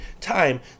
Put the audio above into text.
time